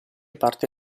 parte